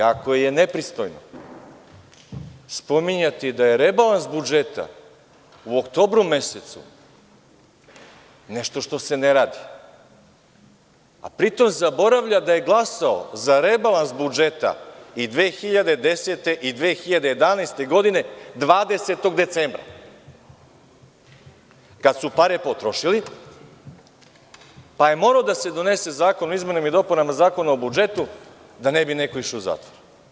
Jako je nepristojno spominjati da je rebalans budžeta u oktobru mesecu nešto što se ne radi, a pri tom zaboravlja da je glasao za rebalans budžeta i 2010. i 2011. godine 20. decembra, kada su pare potrošili, pa je morao da se donese Zakon o izmenama i dopunama Zakona o budžetu, da ne bi neko išao u zatvor.